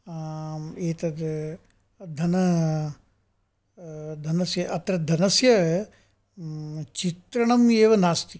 आम् एतद् धन धनस्य अत्र धनस्य चित्रणम् एव नास्ति